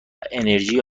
انرژی